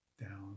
down